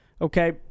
okay